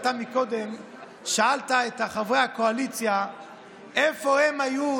אתה שאלת קודם את חברי הקואליציה איפה הם היו,